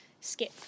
Skip